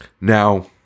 Now